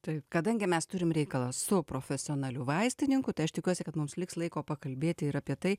tai kadangi mes turim reikalą su profesionaliu vaistininku tai aš tikiuosi kad mums liks laiko pakalbėti ir apie tai